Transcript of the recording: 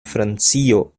francio